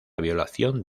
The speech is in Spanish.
violación